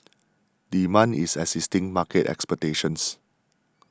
demand is exceeding market expectations